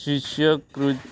शिश्य कृ